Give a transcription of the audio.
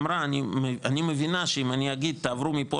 אמרה אני מבינה שאם אני אגיד תעברו מפה